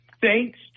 thanks